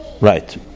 Right